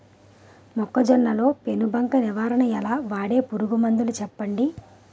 మొక్కజొన్న లో పెను బంక నివారణ ఎలా? వాడే పురుగు మందులు చెప్పండి?